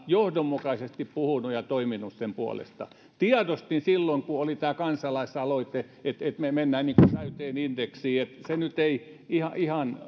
johdonmukaisesti puhunut ja toiminut sen puolesta silloin kun oli tämä kansalaisaloite tiedostin että mennään niin kuin täyteen indeksiin se nyt ei